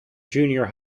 junior